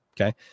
Okay